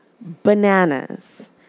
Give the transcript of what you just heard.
bananas